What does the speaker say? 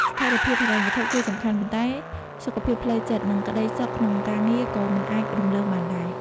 ស្ថិរភាពហិរញ្ញវត្ថុគឺសំខាន់ ប៉ុន្តែសុខភាពផ្លូវចិត្ត និងក្តីសុខក្នុងការងារក៏មិនអាចរំលងបានដែរ។